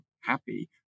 happy